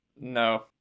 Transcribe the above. No